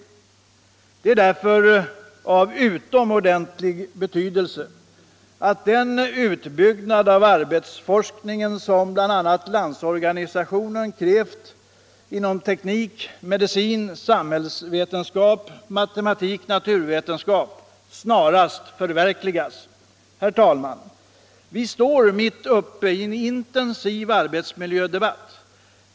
Det är därför av utomordentlig betydelse att den utbyggnad av arbetsforskningen som bl.a. Landsorganisationen har krävt inom teknik, medicin, samhällsvetenskap och matematik-naturvetenskap snarast förverkligas. Herr talman! Vi står mitt uppe i en intensiv arbetsmiljödebatt.